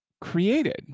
created